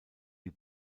die